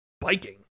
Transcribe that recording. Biking